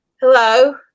Hello